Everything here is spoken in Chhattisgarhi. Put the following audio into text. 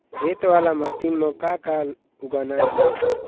रेत वाला माटी म का का उगाना ये?